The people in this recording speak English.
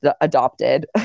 adopted